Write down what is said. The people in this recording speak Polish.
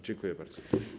Dziękuję bardzo.